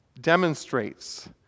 demonstrates